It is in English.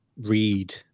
read